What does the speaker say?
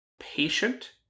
patient